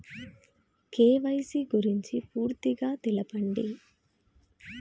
KYC గురించి పూర్తిగా తెలపండి?